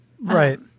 Right